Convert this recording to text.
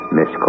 Miss